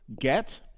get